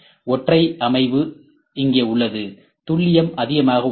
ஒற்றை அமைவு இங்கே உள்ளது துல்லியம் அதிகமாக உள்ளது